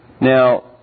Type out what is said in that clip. Now